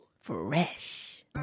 Fresh